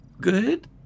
Good